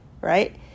Right